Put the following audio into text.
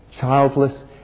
childless